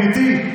גברתי.